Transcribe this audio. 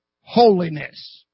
holiness